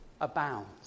abounds